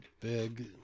big